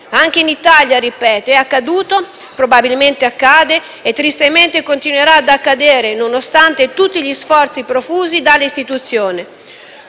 Anche in Italia - ripeto - è accaduto; probabilmente accade e tristemente continuerà ad accadere, nonostante tutti gli sforzi profusi dalle istituzioni.